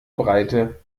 breite